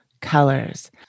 colors